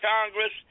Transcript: Congress